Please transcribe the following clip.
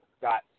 got